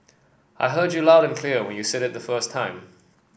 I heard you loud and clear when you said it the first time